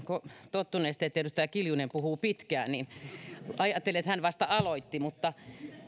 tottuneesti että edustaja kiljunen puhuu pitkään ja ajattelin että hän vasta aloitti mutta